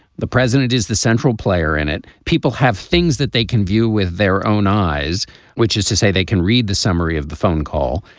the president is the central player in it. people have things that they can view with their own eyes which is to say they can read the summary of the phone call.